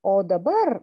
o dabar